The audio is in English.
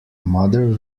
mother